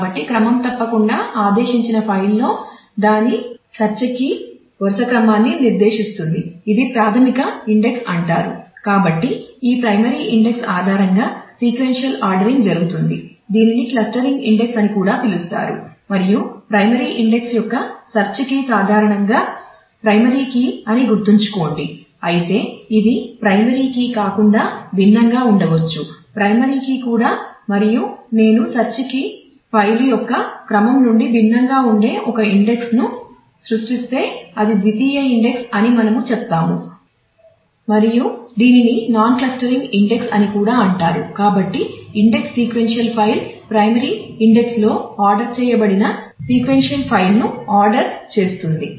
కాబట్టి క్రమం తప్పకుండా ఆదేశించిన ఫైల్లో దాని సెర్చ్ కీ చేస్తుంది